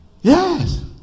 Yes